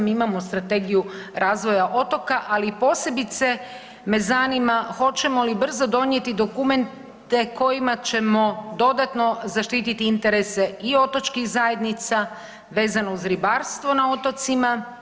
Mi imamo Strategiju razvoja otoka, ali posebice me zanima hoćemo li brzo donijeti dokumente kojima ćemo dodatno zaštiti interese i otočkih zajednica vezano uz ribarstvo na otocima.